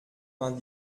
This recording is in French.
vingt